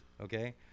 okay